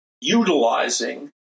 utilizing